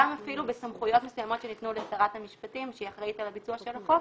גם אפילו בסמכויות מסוימות שניתנו לשרת המשפטים שאחראית על ביצוע החוק